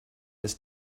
this